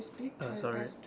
uh sorry